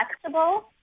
flexible